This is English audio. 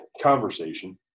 Conversation